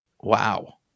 Wow